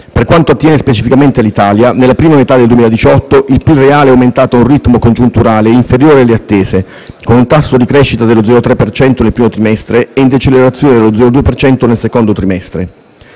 Per quanto attiene specificamente all'Italia, nella prima metà del 2018 il PIL reale è aumentato a un ritmo congiunturale inferiore alle attese, con un tasso di crescita dello 0,3 per cento nel primo trimestre e in decelerazione allo 0,2 per cento nel secondo trimestre.